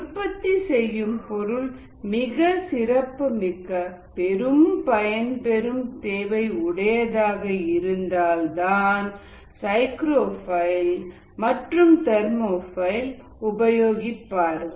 உற்பத்தி செய்யும் பொருள் மிகச் சிறப்பு மிக்க பெரும் பயன் பெறும் தேவை உடையதாக இருந்தால் தான் சைக்ரோஃபைல் மற்றும் தெர்மோஃபைல் உபயோகிப்பார்கள்